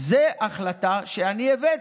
זו החלטה שאני הבאתי.